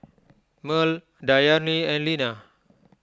Merl Dayami and Lina